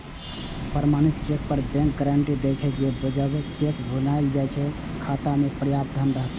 प्रमाणित चेक पर bank guarantee दै छे, जे जब चेक भुनाएल जेतै, ते खाता मे पर्याप्त धन रहतै